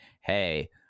hey